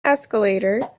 escalator